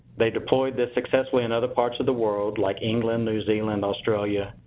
they deployed this successfully in other parts of the world, like england, new zealand, australia,